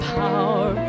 power